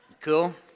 Cool